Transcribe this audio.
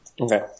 Okay